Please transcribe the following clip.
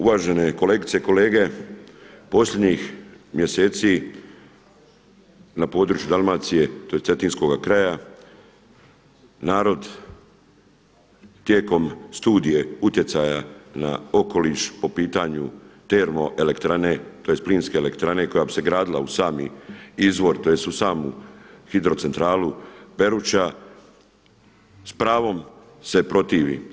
Uvažene kolegice i kolege, posljednjih mjeseci na području Dalmacije, tj. cetinskoga kraja narod tijekom Studije utjecaja na okoliš po pitanju termo elektrane, tj. plinske elektrane koja bi se gradila uz sami izvor, tj. uz samu hidrocentralu Peruča s pravom se protivi.